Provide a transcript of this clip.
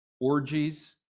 orgies